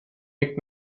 liegt